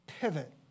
pivot